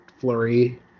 flurry